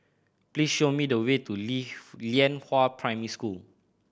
please show me the way to Lianhua Primary School